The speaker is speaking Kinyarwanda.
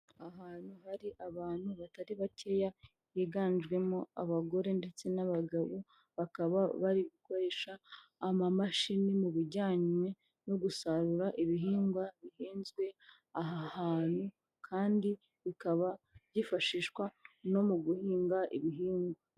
Ahantu hari abantu batari bakeya biganjemo abagore ndetse n'abagabo bakaba bari gukoresha amamashini mu bijyanye no gusarura ibihingwa bihinzwe aha hantu kandi bikaba byifashishwa no mu guhinga ibihingwa.